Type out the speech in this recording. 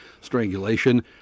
strangulation